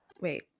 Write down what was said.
Wait